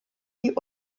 die